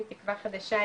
מתקווה חדשה,